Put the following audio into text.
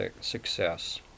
success